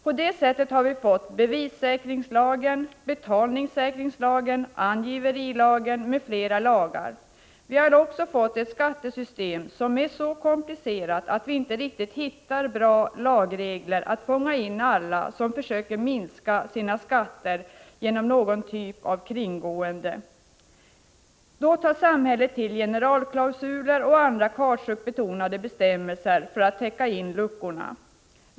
På det sättet har vi fått bevissäkringslagen, betalningssäkringslagen, angiverilagen m.fl. lagar. Vi har också fått ett skattesystem som är så komplicerat att vi inte riktigt hittar bra lagregler att fånga in alla som försöker minska sina skatter genom någon typ av kringgående. Då tar samhället till generalklausuler och andra kautschukartade bestämmelser för att fylla ut luckorna.